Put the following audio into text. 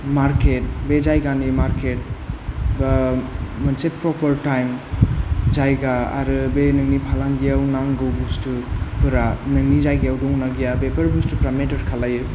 market बे जायगानि market बा मोनसे प्रपार टाइम जायगा आरो बे नोंनि फालांगिया नांगौ बस्थु फोरा नोंनि जायगायाव दं ना गैया बेफोर बस्थुफ्रानो मेटार खालायो